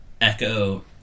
Echo